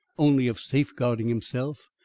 only of safe-guarding himself,